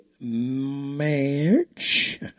March